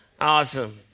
awesome